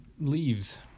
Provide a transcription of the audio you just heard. leaves